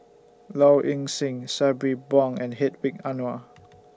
Low Ing Sing Sabri Buang and Hedwig Anuar